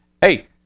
Hey